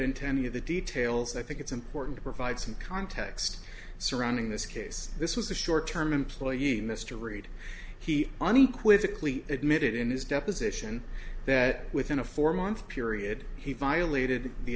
into any of the details i think it's important to provide some context surrounding this case this was a short term employee mr reed he unequivocally admitted in his deposition that within a four month period he violated the